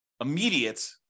immediate